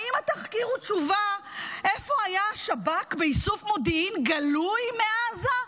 האם התחקיר הוא תשובה איפה היה השב"כ באיסוף מודיעין גלוי מעזה?